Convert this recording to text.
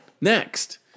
Next